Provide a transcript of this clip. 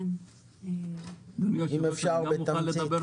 אם אפשר בתמצית.